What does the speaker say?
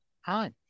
hi